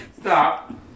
Stop